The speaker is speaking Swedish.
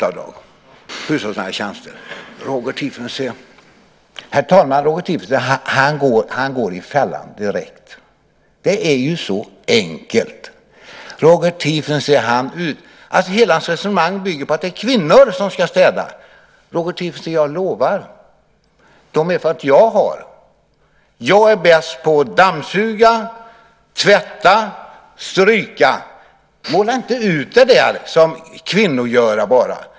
Herr talman! När det gäller ROT-avdragen och hushållsnära tjänster går Roger Tiefensee i fällan direkt. Det är ju så enkelt. Hela hans resonemang bygger på att det är kvinnor som ska städa. Roger Tiefensee, jag lovar att de erfarenheter som jag har är att jag är bäst på att dammsuga, tvätta, stryka. Måla inte ut det där som kvinnogöra bara!